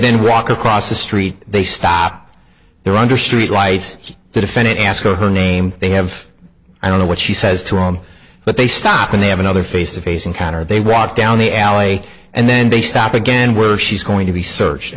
didn't walk across the street they stop there under street lights to defend it ask her her name they have i don't know what she says to him but they stop and they have another face to face encounter they walk down the alley and then they stop again where she's going to be searched i